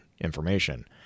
information